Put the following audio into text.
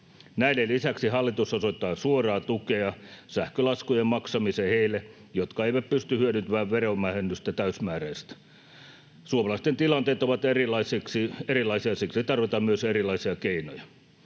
Näiden lisäksi hallitus osoittaa suoraa tukea sähkölaskujen maksamiseen heille, jotka eivät pysty hyödyntämään verovähennystä täysmääräisesti. Suomalaisten tilanteet ovat erilaisia, ja siksi tarvitaan myös erilaisia keinoja.